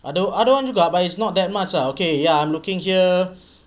ada ada orang but it's not that much ah okay ya I'm looking here